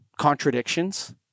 contradictions